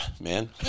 man